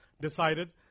decided